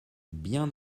bien